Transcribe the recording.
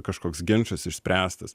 kažkoks ginčas išspręstas